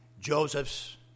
Joseph's